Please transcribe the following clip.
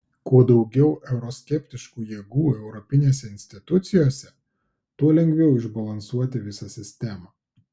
kuo daugiau euroskeptiškų jėgų europinėse institucijose tuo lengviau išbalansuoti visą sistemą